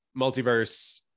multiverse